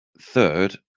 third